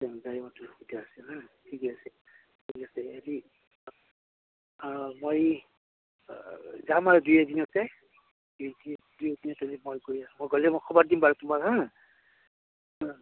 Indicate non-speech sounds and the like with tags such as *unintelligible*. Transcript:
গাড়ী মটৰৰ সুবিধা আছে হা ঠিকে আছে ঠিক আছে হেৰি মই যাম আৰু দুই এদিনতে দুই এদিন মই *unintelligible* মই গ'লে মই খবৰ দিম বাৰু তোমাক হা